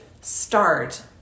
start